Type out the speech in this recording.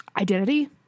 identity